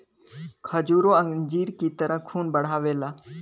खजूरो अंजीर की तरह खून बढ़ावेला